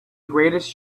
greatest